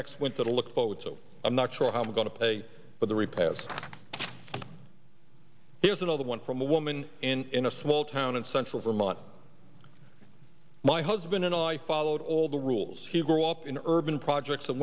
next winter to look forward so i'm not sure how i'm going to pay for the repairs here's another one from a woman in a small town in central vermont my husband and i followed all the rules he grew up in urban projects